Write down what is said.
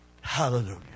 Hallelujah